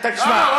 תגיד לי?